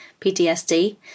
PTSD